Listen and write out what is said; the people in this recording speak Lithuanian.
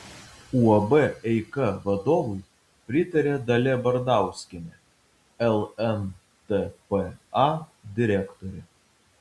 uab eika vadovui pritaria dalia bardauskienė lntpa direktorė